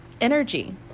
energy